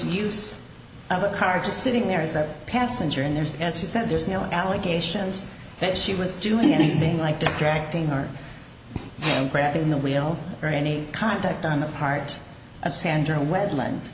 use of a car just sitting there is a passenger and there's as you said there's no allegations that she was doing anything like distracting or grabbing the wheel or any contact on the part of sandra wetland